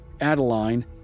Adeline